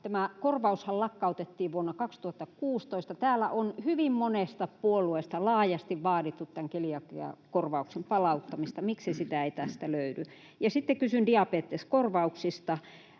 Tämä korvaushan lakkautettiin vuonna 2016. Täällä on hyvin monesta puolueesta laajasti vaadittu tämän keliakiakorvauksen palauttamista. Miksi sitä ei tästä löydy? Ja sitten kysyn diabeteskorvauksista.